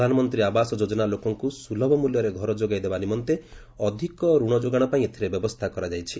ପ୍ରଧାନମନ୍ତ୍ରୀ ଆବାସ ଯୋଜନା ଲୋକଙ୍କୁ ସ୍କୁଲଭ ମୂଲ୍ୟରେ ଘର ଯୋଗାଇ ଦେବା ନିମନ୍ତେ ଅଧିକ ଋଣ ଯୋଗାଣପାଇଁ ଏଥିରେ ବ୍ୟବସ୍ଥା କରାଯାଇଛି